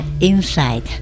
Inside